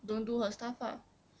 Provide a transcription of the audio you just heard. don't do her stuff ah